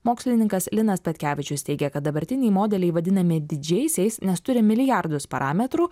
mokslininkas linas petkevičius teigia kad dabartiniai modeliai vadinami didžiaisiais nes turi milijardus parametrų